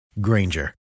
Granger